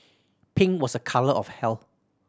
pink was a colour of health